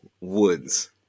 woods